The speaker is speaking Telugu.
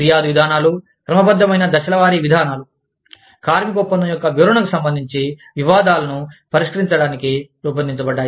ఫిర్యాదు విధానాలు క్రమబద్ధమైన దశల వారీ విధానాలు కార్మిక ఒప్పందం యొక్క వివరణకు సంబంధించి వివాదాలను పరిష్కరించడానికి రూపొందించబడ్డాయి